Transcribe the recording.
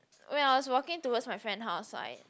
when I was walking towards my friend house I